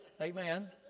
Amen